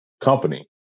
company